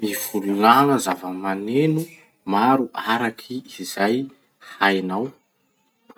Mivolagna zava-maneno maro araky izay hainao.